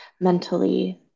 mentally